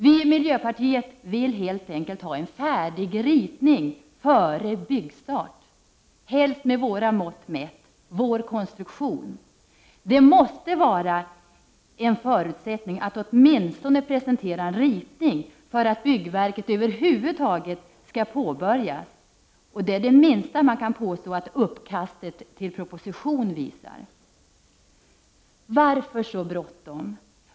Vi i miljöpartiet vill helt enkelt ha en färdig ritning före byggstart, helst, med våra mått mätt, med vår konstruktion. En förutsättning måste vara att en ritning åtminstone presenteras för att byggverket över huvud taget skall påbörjas. Det är det minsta man kan påstå att uppkastet till propositionen visar. Varför är det så bråttom?